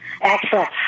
Excellent